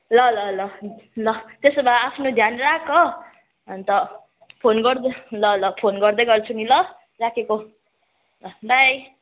ल ल ल ल त्यसो भए आफ्नो ध्यान राख् हो अन्त फोन गर् फोन गर्दै गर्छु नि ल राखेको ल बाई